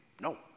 No